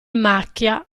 macchia